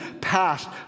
past